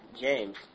James